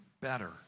better